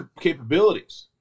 capabilities